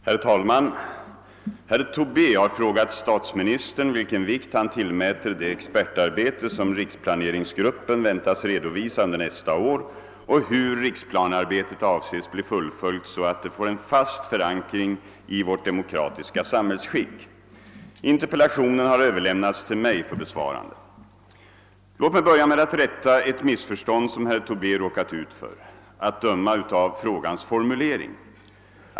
Herr talman! Herr Tobé har frågat statsministern vilken vikt han tillmäter det expertarbete som riksplaneringsgruppen väntas redovisa under nästa år och hur riksplanearbetet avses bli fullföljt så att det får en fast förankring i vårt demokratiska samhällsskick. Interpellationen har överlämnats till mig för besvarande. Låt mig börja med att rätta ett missförstånd som herr Tobé råkat ut för — att döma av frågans formulering.